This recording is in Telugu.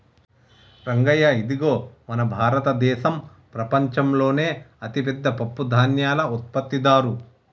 రంగయ్య ఇదిగో మన భారతదేసం ప్రపంచంలోనే అతిపెద్ద పప్పుధాన్యాల ఉత్పత్తిదారు